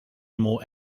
more